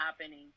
happening